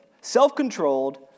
Self-controlled